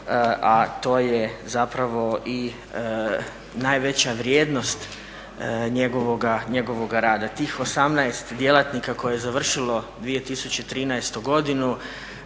a to je zapravo i najveća vrijednost njegovoga rada. Tih 18 djelatnika koje je završilo 2013.godinu